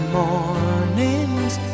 mornings